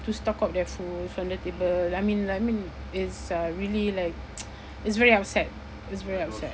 to stock up their food from the table I mean I mean it's uh really like it's very upset it's very upset